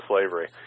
slavery